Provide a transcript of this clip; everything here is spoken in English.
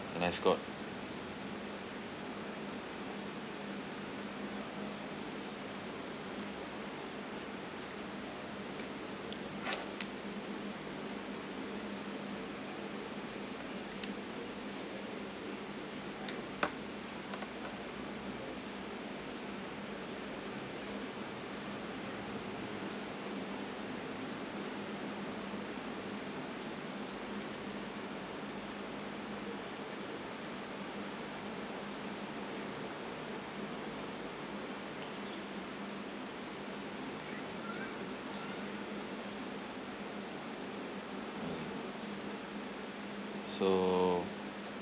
and I scored so